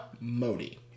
Modi